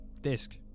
disc